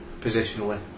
positionally